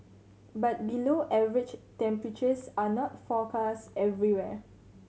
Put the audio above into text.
but below average temperatures are not forecast everywhere